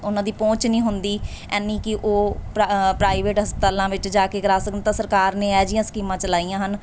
ਉਹਨਾਂ ਦੀ ਪਹੁੰਚ ਨਹੀਂ ਹੁੰਦੀ ਇੰਨੀ ਕਿ ਉਹ ਪ੍ਰਾ ਪ੍ਰਾਈਵੇਟ ਹਸਪਤਾਲਾਂ ਵਿੱਚ ਜਾ ਕੇ ਕਰਵਾ ਸਕਣ ਤਾਂ ਸਰਕਾਰ ਨੇ ਇਹੋ ਜਿਹੀਆਂ ਸਕੀਮਾਂ ਚਲਾਈਆਂ ਹਨ